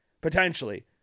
Potentially